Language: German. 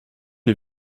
den